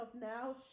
now